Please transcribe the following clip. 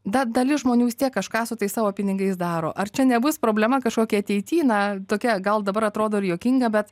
da dalis žmonių vis tiek kažką su tais savo pinigais daro ar čia nebus problema kažkokia ateity na tokia gal dabar atrodo ir juokinga bet